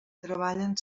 treballen